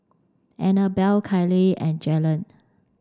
Anabel Kyleigh and Jalyn